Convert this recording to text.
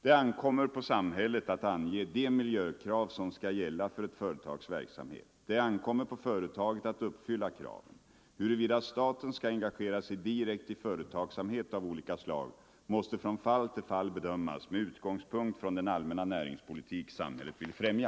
Det ankommer på samhället att ange de miljökrav som skall gälla för ett företags verksamhet. Det ankommer på företaget att uppfylla kraven. Huruvida staten skall engagera sig direkt i företagsamhet av olika slag måste från fall till fall bedömas med utgångspunkt i den allmänna näringspolitik samhället vill främja.